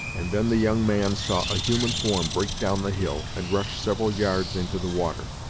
and then the young man saw a human form break down the hill, and rush several yards into the water.